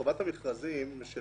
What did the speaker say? חובת המכרזים של